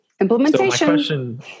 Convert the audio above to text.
Implementation